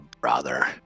brother